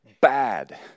bad